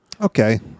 Okay